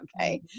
okay